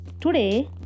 today